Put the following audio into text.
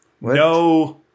no